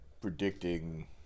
predicting